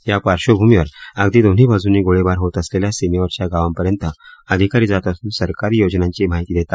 या पार्श्वभूमीवर अगदी दोन्ही बाजूनी गोळीबार होतं असलेल्या सीमेवरच्या गावांपर्यंत अधिकारी जात असून सरकारी योजनांची माहिती देत आहेत